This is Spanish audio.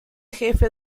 jefe